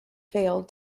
failed